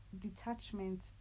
detachment